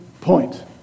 point